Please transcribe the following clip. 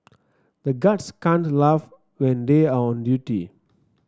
the guards can't laugh when they are on duty